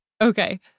Okay